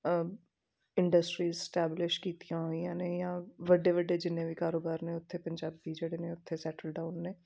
industries establish ਕੀਤੀਆਂ ਹੋਈਆਂ ਨੇ ਜਾਂ ਵੱਡੇ ਵੱਡੇ ਜਿੰਨੇ ਵੀ ਕਾਰੋਬਾਰ ਨੇ ਉੱਥੇ ਪੰਜਾਬੀ ਜਿਹੜੇ ਨੇ ਉੱਥੇ ਸੈਟਲ ਡਾਊਨ ਨੇ